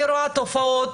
אני רואה תופעות